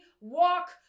walk